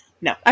No